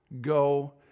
Go